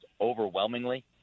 overwhelmingly